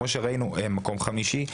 כמו שראינו מקום חמישי,